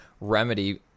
Remedy